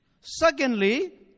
Secondly